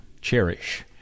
Cherish